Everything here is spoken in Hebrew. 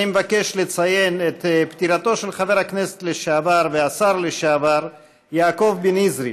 אני מבקש לציין את פטירתו של חבר הכנסת לשעבר והשר לשעבר יעקב בן-יזרי,